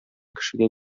кешегә